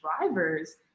drivers